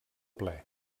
ple